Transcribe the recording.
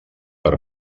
per